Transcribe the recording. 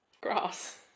Grass